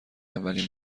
اولین